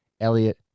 Elliot